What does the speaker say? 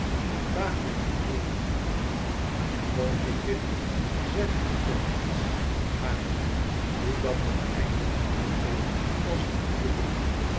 vraag mij niet meer kind o ik bid u zeg mij toch iets van haar doe dat toch eindelijk lieve peet als het u belieft